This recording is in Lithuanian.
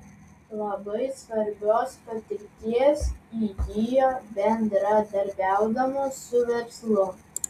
labai svarbios patirties įgijo bendradarbiaudamos su verslu